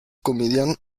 comedian